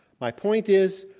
my point is,